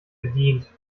bedient